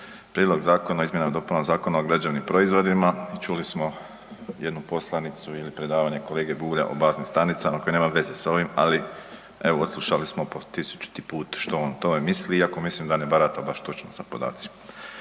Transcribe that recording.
Prijedlog zakona o izmjenama i dopunama Zakona o građevnim proizvodima i čuli smo jednu poslanicu ili predavanje kolege Bulja o baznim stanicama koje nemaju veze s ovim, ali evo odslušali smo po tisućiti put što on o tome misli, iako mislim da ne barata baš točno sa podacima.